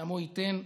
לעמו יתן,